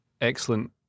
excellent